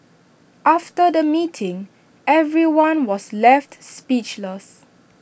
after the meeting everyone was left speechless